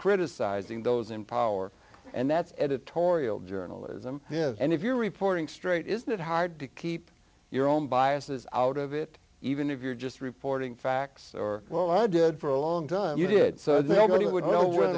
criticizing those in power and that's editorial journalism and if you're reporting straight isn't it hard to keep your own biases out of it even if you're just reporting facts or well i did for a long time you did so